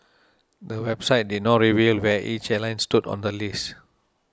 the website did not reveal where each airline stood on the list